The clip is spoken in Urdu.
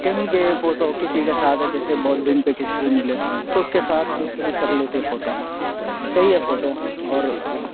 کہیں گئے فوٹو کسی کے ساتھ ہے جیسے بہت دن پہ کسی سے ملے تو اس کے ساتھ بھی کلک کر لیتے فوٹو صحیح ہے فوٹو اور